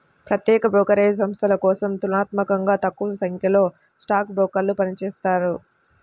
ప్రత్యేక బ్రోకరేజ్ సంస్థల కోసం తులనాత్మకంగా తక్కువసంఖ్యలో స్టాక్ బ్రోకర్లు పనిచేత్తారు